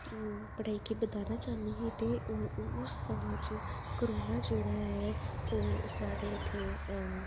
पढ़ाई गी बधाना चाह्न्नीं ही ते उस समें च करोना जेह्ड़ा ऐ ओह् साढ़े उत्थै